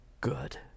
good